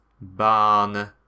Ban